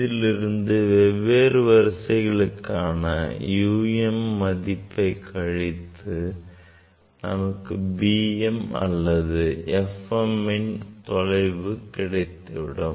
இதிலிருந்து வெவ்வேறு வரிசைக்கான u m மதிப்பை கழிக்க நமக்கு b m அல்லது f mன் தொலைவு கிடைத்துவிடும்